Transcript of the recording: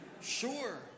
Sure